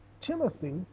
Timothy